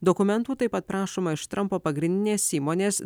dokumentų taip pat prašoma iš trampo pagrindinės įmonės